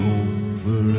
over